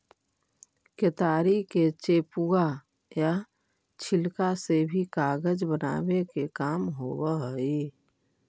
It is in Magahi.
केतारी के चेपुआ या छिलका से भी कागज बनावे के काम होवऽ हई